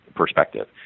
perspective